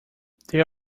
there